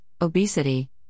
obesity